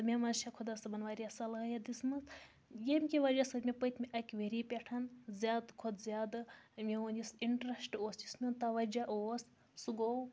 تہٕ مےٚ منٛز چھےٚ خۄدا صٲبَن واریاہ صلٲحیت دِژمٕژ ییٚمہِ کہِ وجہ سۭتۍ مےٚ پٔتۍمہِ اَکہِ ؤری پٮ۪ٹھ زیادٕ کھۄتہٕ زیادٕ میون یُس اِنٹرٛسٹ اوس یُس میون تَوَجہ اوس سُہ گوٚو